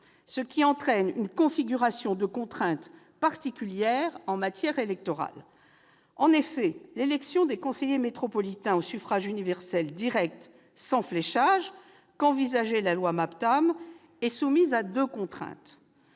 ce qui entraîne une configuration de contraintes particulière en matière électorale. En effet, l'élection des conseillers métropolitains au suffrage universel direct sans fléchage, qu'envisageait la loi MAPTAM, est soumise à deux contraintes.